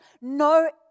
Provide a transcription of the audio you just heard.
no